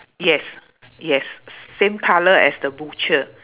yes yes same colour as the butcher